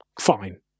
Fine